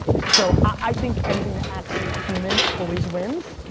so, i think anything that acts human always wins,